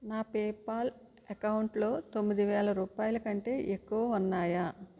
నా పేపాల్ అకౌంట్లో తొమ్మిది వేల రూపాయల కంటే ఎక్కువ ఉన్నాయా